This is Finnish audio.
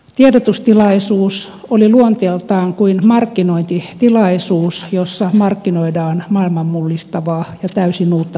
tiedotustilaisuus oli luonteeltaan kuin markkinointitilaisuus jossa markkinoidaan maailman mullistavaa ja täysin uutta keksintöä